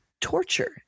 torture